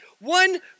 one